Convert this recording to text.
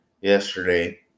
yesterday